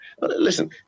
Listen